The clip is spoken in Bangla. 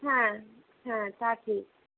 হ্যাঁ হ্যাঁ তা ঠিক